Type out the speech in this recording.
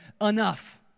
enough